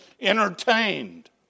entertained